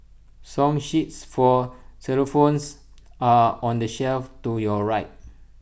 song sheets for xylophones are on the shelf to your right